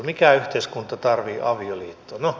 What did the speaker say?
mikä yhteiskunta tarvitsee avioliittoa